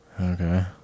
Okay